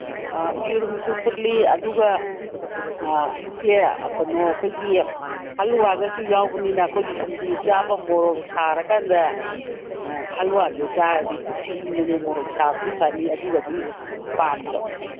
ꯑꯥ ꯌꯦꯔꯨꯝꯁꯨ ꯐꯨꯠꯂꯤ ꯑꯗꯨꯒ ꯏꯆꯦ ꯀꯩꯅꯣ ꯑꯩꯈꯣꯏꯒꯤ ꯍꯂꯨꯋꯥꯒꯁꯨ ꯌꯥꯎꯕꯅꯤꯅ ꯑꯩꯈꯣꯏꯒꯤ ꯁꯤꯡꯖꯨ ꯆꯥꯕ ꯃꯣꯔꯣꯛ ꯁꯥꯔꯀꯥꯟꯗ ꯍꯂꯨꯋꯥꯗꯣ ꯆꯥꯔꯗꯤ ꯄꯨꯛꯁꯤ ꯏꯪꯕꯅꯦ ꯃꯣꯔꯣꯛ ꯁꯥꯕꯁꯨ ꯐꯅꯤ ꯑꯗꯨꯒꯗꯤ ꯄꯥꯝꯗ꯭ꯔꯣ